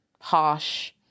harsh